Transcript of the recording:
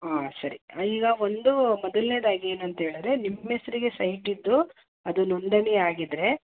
ಆಂ ಸರಿ ಈಗ ಒಂದು ಮೊದಲ್ನೇದಾಗಿ ಏನಂತ ಹೇಳಿದ್ರೆ ನಿಮ್ಮ ಹೆಸರಿಗೆ ಸೈಟ್ ಇದ್ದು ಅದು ನೊಂದಣಿ ಆಗಿದ್ದರೆ